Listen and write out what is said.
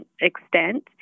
extent